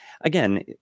Again